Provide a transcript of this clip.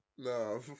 No